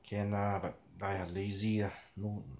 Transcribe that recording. can lah but buy ah lazy ah no m~